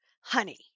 honey